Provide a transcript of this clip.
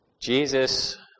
Jesus